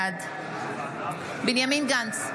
בעד בנימין גנץ,